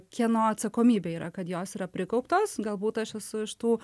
kieno atsakomybė yra kad jos yra prikauptos galbūt aš esu iš tų